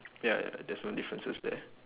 ya there's no differences there